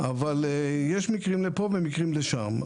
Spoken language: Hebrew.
אבל ישנם מקרים לפה ולשם.